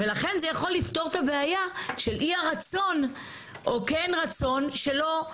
ולכן זה יכול לפתור את הבעיה של אי הרצון או כן רצון שלו.